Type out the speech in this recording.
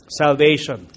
salvation